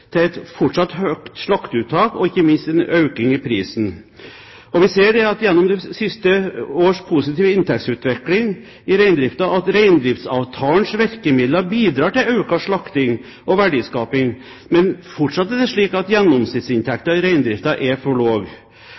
til et fortsatt høyt slakteuttak, og ikke minst en økning i prisen. Vi ser gjennom de siste års positive inntektsutvikling i reindriften at reindriftsavtalens virkemidler bidrar til økt slakting og verdiskaping. Men fortsatt er det slik at gjennomsnittsinntekten i reindriften er for